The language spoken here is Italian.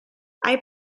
hai